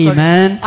Amen